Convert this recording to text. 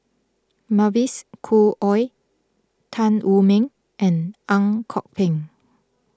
Mavis Khoo Oei Tan Wu Meng and Ang Kok Peng